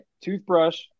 toothbrush